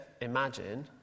imagine